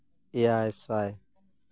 ᱮᱭᱟᱭ ᱥᱟᱭ